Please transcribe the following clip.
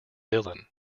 dillon